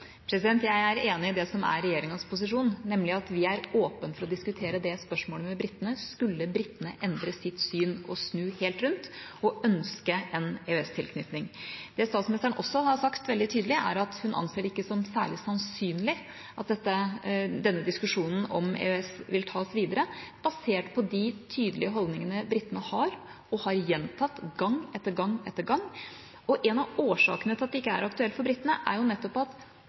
Jeg er enig i det som er regjeringas posisjon, nemlig at vi er åpne for å diskutere det spørsmålet med britene, skulle britene endre sitt syn, snu helt rundt og ønske en EØS-tilknytning. Det statsministeren også har sagt veldig tydelig, er at hun anser det ikke som særlig sannsynlig at denne diskusjonen om EØS vil tas videre, basert på de tydelige holdningene britene har – og har gjentatt gang etter gang etter gang. En av årsakene til at det ikke er aktuelt for britene, er nettopp at